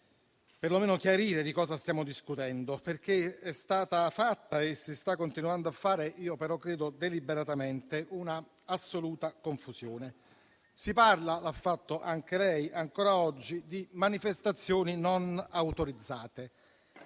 perlomeno chiarire di che cosa stiamo discutendo, perché è stata fatta e si sta continuando a fare - penso deliberatamente - un'assoluta confusione. Si parla - lo ha fatto anche lei oggi - di manifestazioni non autorizzate,